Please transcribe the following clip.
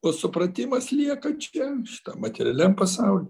o supratimas lieka čia šitam materialiam pasauly